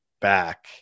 back